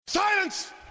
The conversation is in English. Silence